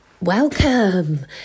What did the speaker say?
Welcome